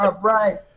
right